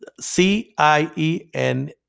C-I-E-N